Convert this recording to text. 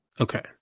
Okay